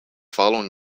following